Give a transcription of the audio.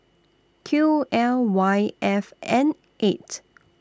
Q L Y F N eight